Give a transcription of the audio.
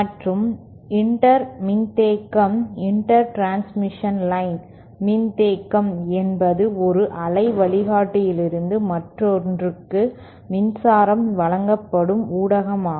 மற்றும் இன்டர் மின்தேக்கம் inter transmission line மின்தேக்கம் என்பது ஒரு அலை வழிகாட்டியிலிருந்து மற்றொன்றுக்கு மின்சாரம் வழங்கப்படும் ஊடகமாகும்